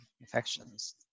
infections